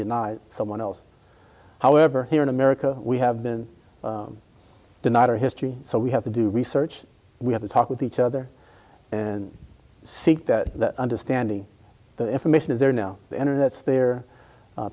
deny someone else however here in america we have been denied our history so we have to do research we have to talk with each other and seek that that understanding the information is there now the internet's there